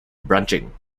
branching